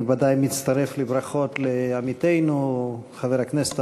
אני ודאי מצטרף לברכות לעמיתנו חבר הכנסת